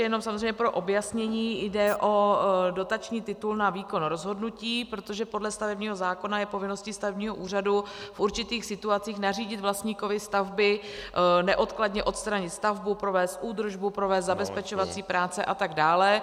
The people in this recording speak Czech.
Jenom pro objasnění, jde o dotační titul na výkon rozhodnutí, protože podle stavebního zákona je povinností stavebního úřadu v určitých situacích nařídit vlastníkovi stavby neodkladně odstranit stavbu, provést údržbu, provést zabezpečovací práce a tak dále.